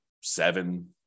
seven